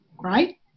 right